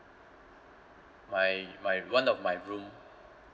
my my one of my room